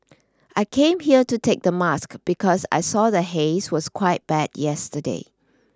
I came here to take the mask because I saw the haze was quite bad yesterday